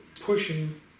pushing